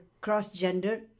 cross-gender